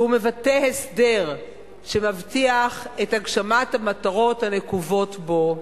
והוא מבטא הסדר שמבטיח את הגשמת המטרות הנקובות בו,